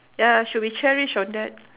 ya should be cherished on that